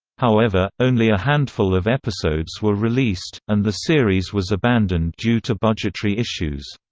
however only a handful of episodes were released, and the series was abandoned due to budgetary issues.